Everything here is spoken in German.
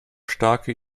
starke